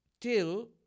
till